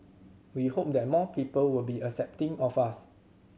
we hope that more people will be accepting of us